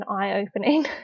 eye-opening